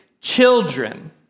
children